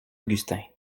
augustin